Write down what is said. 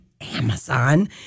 Amazon